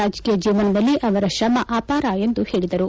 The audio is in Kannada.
ರಾಜಕೀಯ ಜೀವನದಲ್ಲಿ ಅವರ ಶ್ರಮ ಅಪಾರ ಎಂದು ಹೇಳಿದರು